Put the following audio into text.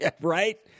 Right